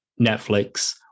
Netflix